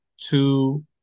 two